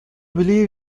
believe